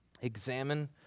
examine